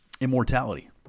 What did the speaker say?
Immortality